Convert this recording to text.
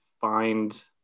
find